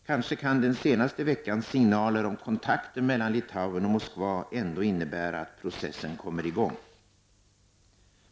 Kanske kan den senaste veckans signaler om kontakter mellan Litauen och Moskva ändå innebära att processen kommer i gång.